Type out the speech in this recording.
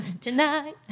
tonight